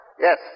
Yes